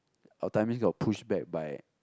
our timing got push back by